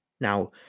Now